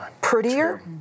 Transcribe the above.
prettier